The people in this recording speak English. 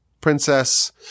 princess